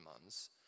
months